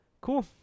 cool